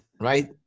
Right